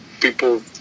people